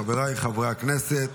חבריי חברי הכנסת,